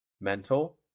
mental